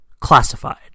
classified